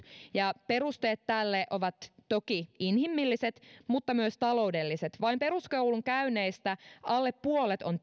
perusteet tälle ovat toki inhimilliset mutta myös taloudelliset pelkän peruskoulun käyneistä alle puolet on